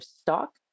stock